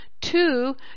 two